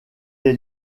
est